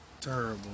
Terrible